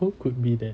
who could be that